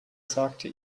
sagte